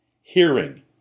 Hearing